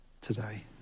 today